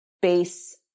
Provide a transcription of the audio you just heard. base